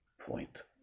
point